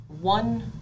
one